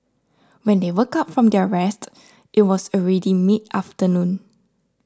when they woke up from their rest it was already mid afternoon